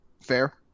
Fair